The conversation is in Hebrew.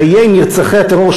חיי נרצחי הטרור,